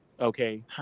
okay